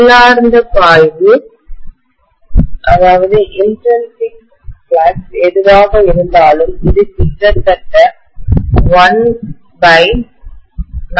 உள்ளார்ந்த பாய்வு intrinsic flux எதுவாக இருந்தாலும் இது கிட்டத்தட்ட 14000 ஆக இருக்கும்